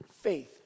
faith